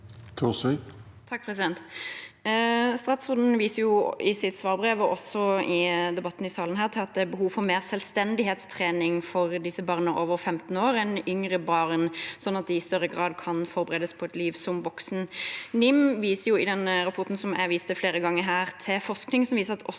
Stats- råden viser i sitt svarbrev og i debatten i salen til at det er behov for mer selvstendighetstrening for barna over 15 år enn yngre barn, slik at de i større grad kan forberedes på et liv som voksen. I rapporten som jeg har vist til flere ganger her, viser NIM til forskning som